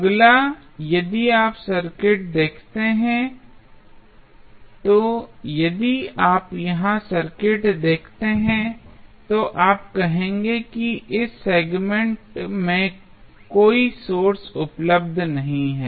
अगला यदि आप सर्किट देखते हैं तो यदि आप यहां सर्किट देखते हैं तो आप कहेंगे कि इस सेगमेंट में कोई सोर्स उपलब्ध नहीं है